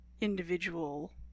individual